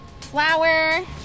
flour